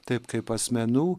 taip kaip asmenų